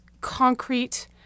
concrete